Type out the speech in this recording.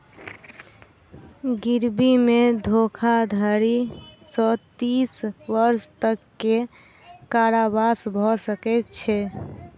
गिरवी मे धोखाधड़ी सॅ तीस वर्ष तक के कारावास भ सकै छै